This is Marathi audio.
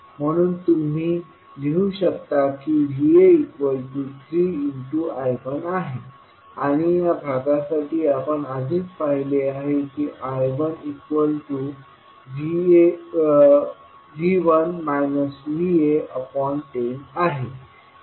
म्हणून तुम्ही लिहू शकता की Va3I1आहे आणि या भागासाठी आपण आधीच पाहिले आहे की I110 आहे